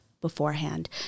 beforehand